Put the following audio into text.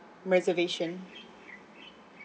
reservation